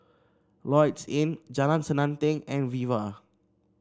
Lloyds Inn Jalan Selanting and Viva